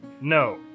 No